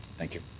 thank you.